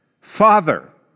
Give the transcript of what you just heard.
Father